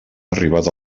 arribat